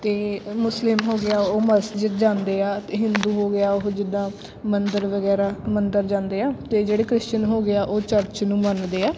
ਅਤੇ ਮੁਸਲਿਮ ਹੋ ਗਿਆ ਉਹ ਮਸਜਿਦ ਜਾਂਦੇ ਆ ਹਿੰਦੂ ਹੋ ਗਿਆ ਉਹ ਜਿੱਦਾਂ ਮੰਦਰ ਵਗੈਰਾ ਮੰਦਰ ਜਾਂਦੇ ਆ ਅਤੇ ਜਿਹੜੇ ਕ੍ਰਿਸ਼ਚਨ ਹੋ ਗਿਆ ਉਹ ਚਰਚ ਨੂੰ ਮੰਨਦੇ ਆ